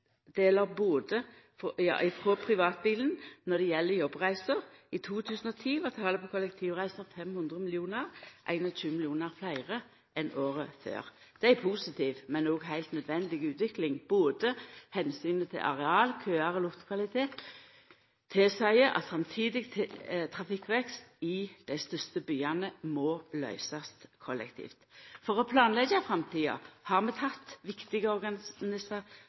frå privatbilen når det gjeld jobbreiser. I 2010 var talet på kollektivreiser 500 millionar, 21 millionar fleire enn året før. Det er ei positiv, men òg heilt nødvendig utvikling. Omsynet til både areal, køar og luftkvalitet tilseier at framtidig trafikkvekst i dei største byane må løysast kollektivt. For å planleggja framtida har vi teke viktige